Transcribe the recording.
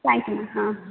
தேங்க்யூமா ஆ